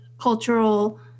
cultural